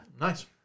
nice